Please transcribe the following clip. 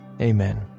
amen